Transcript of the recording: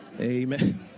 Amen